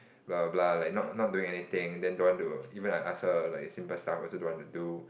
blah blah blah like not not doing anything then don't want to even like I ask her like a simple stuff also don't want to do